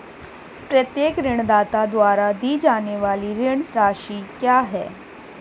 प्रत्येक ऋणदाता द्वारा दी जाने वाली ऋण राशि क्या है?